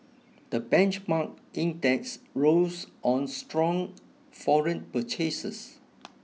the benchmark index rose on strong foreign purchases